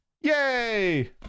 Yay